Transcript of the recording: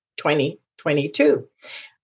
2022